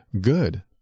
good